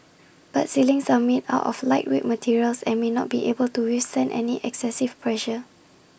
but ceilings are made are of lightweight materials and may not be able to withstand any excessive pressure